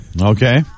Okay